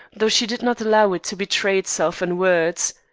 though she did not allow it to betray itself in words.